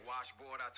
Washboard